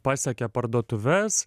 pasiekia parduotuves